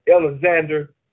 Alexander